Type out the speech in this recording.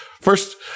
First